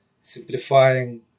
simplifying